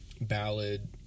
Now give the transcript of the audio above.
ballad